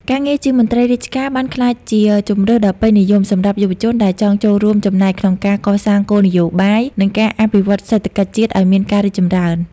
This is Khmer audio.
ការងារជាមន្ត្រីរាជការបានក្លាយជាជម្រើសដ៏ពេញនិយមសម្រាប់យុវជនដែលចង់ចូលរួមចំណែកក្នុងការកសាងគោលនយោបាយ និងការអភិវឌ្ឍសេដ្ឋកិច្ចជាតិឱ្យមានការរីកចម្រើន។